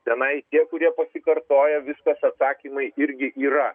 tenai tie kurie pasikartoja viskas atsakymai irgi yra